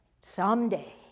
someday